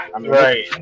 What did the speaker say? right